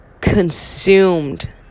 consumed